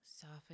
soften